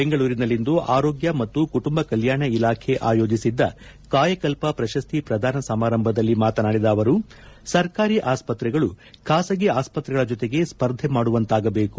ಬೆಂಗಳೂರಿನಲ್ಲಿಂದು ಆರೋಗ್ಯ ಮತ್ತು ಕುಟುಂಬ ಕಲ್ಮಾಣ ಇಲಾಖೆ ಆಯೋಜಿಸಿದ್ದ ಕಾಯಕಲ್ಪ ಪ್ರಶಸ್ತಿ ಪ್ರಧಾನ ಸಮಾರಂಭದಲ್ಲಿ ಮಾತನಾಡಿದ ಅವರು ಸರ್ಕಾರಿ ಆಸ್ತ್ರೆಗಳು ಖಾಸಗಿ ಆಸ್ತ್ರೆಗಳ ಜೊತೆಗೆ ಸ್ಪರ್ಧೆ ಮಾಡುವಂತಾಗಬೇಕು